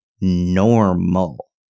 normal